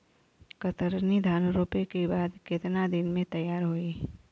कतरनी धान रोपे के बाद कितना दिन में तैयार होई?